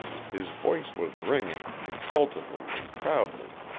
his voice was ringing, exultantly and proudly.